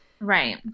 right